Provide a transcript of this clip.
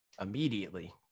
immediately